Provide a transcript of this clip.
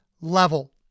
level